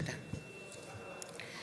(קוראת בשמות חברי הכנסת)